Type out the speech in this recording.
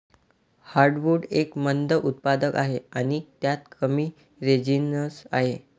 heartwood एक मंद उत्पादक आहे आणि त्यात कमी रेझिनस आहे